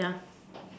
ya